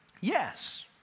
Yes